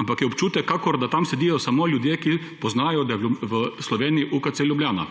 ampak je občutek, kakor da tam sedijo samo ljudje, ki poznajo, da je v Sloveniji UKC Ljubljana.